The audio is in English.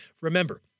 Remember